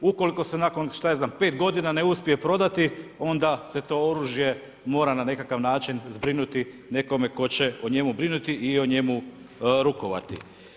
Ukoliko se nakon što ja znam 5 godina ne uspije prodati onda se to oružje mora na nekakav način zbrinuti nekome tko će o njemu brinuti i o njemu rukovati.